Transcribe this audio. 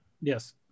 Yes